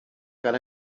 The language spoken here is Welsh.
gan